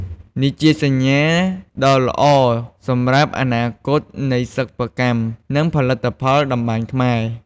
នេះជាសញ្ញាដ៏ល្អសម្រាប់អនាគតនៃសិប្បកម្ម និងផលិតផលតម្បាញខ្មែរ។